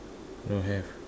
don't have